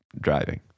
driving